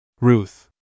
Ruth